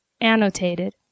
annotated